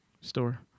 store